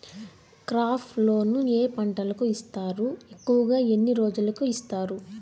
crop loan ఏ పంటలకు ఇస్తారు ఎక్కువగా ఎన్ని రోజులకి ఇస్తారు